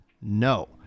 no